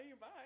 bye